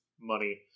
money